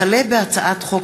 הצעת חוק